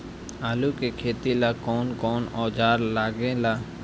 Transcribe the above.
आलू के खेती ला कौन कौन औजार लागे ला?